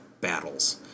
battles